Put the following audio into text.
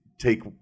take